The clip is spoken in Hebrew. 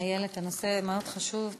איילת, הנושא מאוד חשוב.